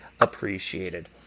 appreciated